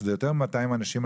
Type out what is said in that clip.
שזה יותר מ-200 אנשים,